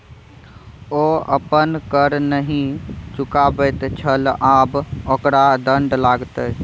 ओ अपन कर नहि चुकाबैत छल आब ओकरा दण्ड लागतै